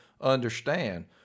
understand